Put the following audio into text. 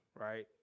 Right